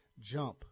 jump